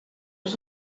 was